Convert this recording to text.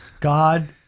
God